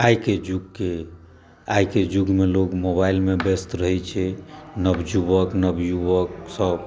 आइ के जुगकेँ आइ के जुगमेँ लोक मोबाइल मे व्यस्त रहै छै नवजुवक नवयुवक सब